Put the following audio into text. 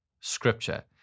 scripture